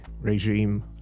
regime